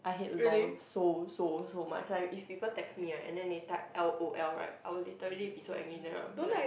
I hate lol so so so much like if people text me right and then they type L_O_L right I will literally be so angry with them I'll be like